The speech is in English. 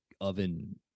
oven